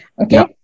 Okay